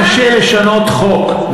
כמה קשה לשנות חוק,